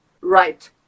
right